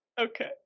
Okay